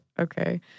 Okay